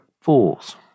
fools